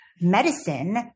medicine